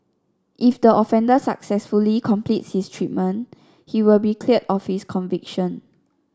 if the offender successfully completes his treatment he will be cleared of his conviction